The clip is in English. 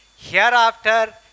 Hereafter